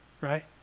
Right